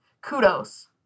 kudos